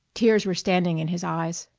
tears were standing in his eyes.